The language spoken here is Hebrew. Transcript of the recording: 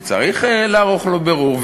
וצריך לערוך לו בירור,